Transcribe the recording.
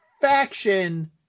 faction